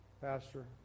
Pastor